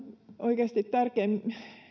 oikeasti